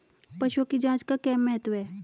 पशुओं की जांच का क्या महत्व है?